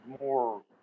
more